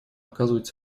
оказывать